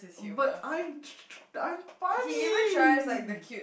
but I tr~ I'm funny